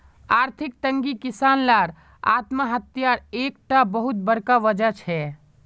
आर्थिक तंगी किसान लार आत्म्हात्यार एक टा बहुत बड़ा वजह छे